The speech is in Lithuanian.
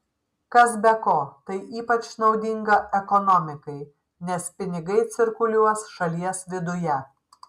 kas be ko tai ypač naudinga ekonomikai nes pinigai cirkuliuos šalies viduje